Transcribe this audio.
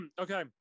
Okay